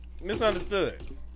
Misunderstood